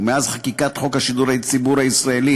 ומאו חקיקת חוק השידור הציבורי הישראלי